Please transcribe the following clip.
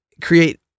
create